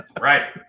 right